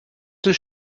does